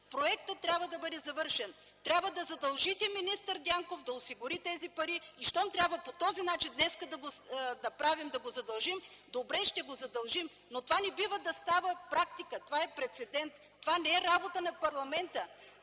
Проектът трябва да бъде завършен! Трябва да задължите министър Дянков да осигури тези пари! Щом трябва по този начин днес да го направим – да го задължим, добре, ще го задължим, но това не бива да става практика. Това е прецедент, това не е работа на парламента,